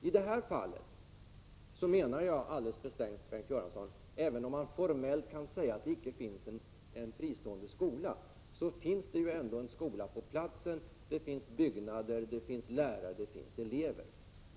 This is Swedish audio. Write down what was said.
I det här fallet menar jag alldeles bestämt, Bengt Göransson, att även om man formellt kan säga att det icke finns en fristående skola, så finns det ändå en skola på platsen, det finns byggnader, det finns lärare, det finns elever.